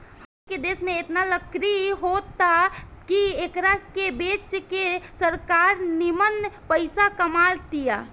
हमनी के देश में एतना लकड़ी होता की एकरा के बेच के सरकार निमन पइसा कमा तिया